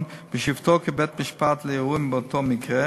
בשבתו כבית-משפט לערעורים באותו מקרה